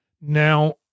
Now